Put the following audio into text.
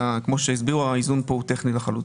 כמו שהסבירו, האיזון כאן הוא טכני לחלוטין.